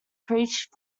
preached